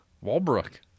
Walbrook